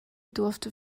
durfte